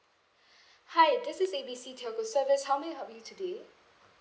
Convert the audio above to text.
hi this is A B C telco service how may I help you today